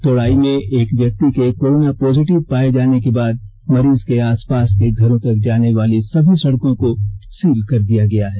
तोड़ाई में एक व्यक्ति के कोरोना पॉजिटिव पाये जाने के बाद मरीज के आसपास के घरों तक जाने वाली सभी सड़कों को सील कर दिया गया है